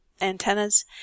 antennas